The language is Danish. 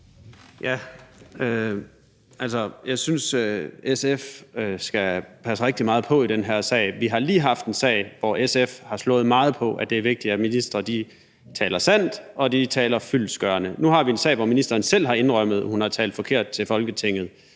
Jeg synes, at SF skal passe rigtig meget på i den her sag. Vi har lige haft en sag, hvor SF har slået meget på, at det er vigtigt, at ministre taler sandt, og at de taler fyldestgørende. Nu har vi en sag, hvor ministeren selv har indrømmet, at hun har sagt noget forkert til Folketinget,